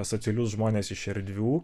asocialius žmones iš erdvių